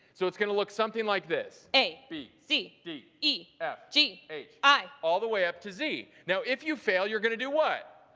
so it's gonna look something like this a b c d e f g h i all the way up to z. now if you fail, you're gonna do what?